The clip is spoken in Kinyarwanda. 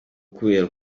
kubera